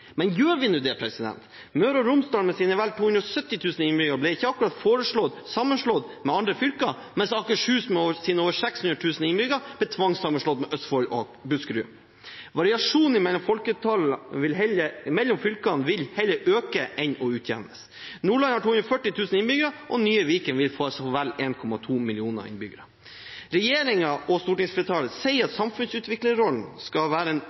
Men gjør vi nå det? Møre og Romsdal med sine vel 270 000 innbyggere ble ikke foreslått sammenslått med andre fylker, mens Akershus med sine over 600 000 innbyggere blir tvangssammenslått med Østfold og Buskerud. Variasjonen i folketall mellom fylkene vil øke heller enn å utjevnes. Nordland har 240 000 innbyggere, og nye Viken vil få vel 1,2 millioner innbyggere. Regjeringen og stortingsflertallet sier at samfunnsutviklerrollen skal være en